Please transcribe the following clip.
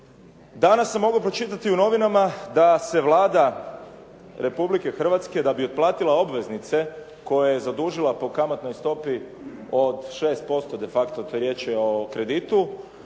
Danas se moglo pročitati u novinama da se Vlada Republike Hrvatske da bi otplatila obveznice koje je zadužila po kamatnoj stopi od 6% de facto, riječ je o kreditu,